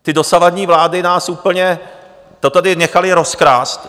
Ty dosavadní vlády nás úplně... to tady nechaly rozkrást.